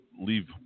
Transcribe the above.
leave